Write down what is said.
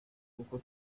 kuko